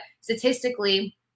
statistically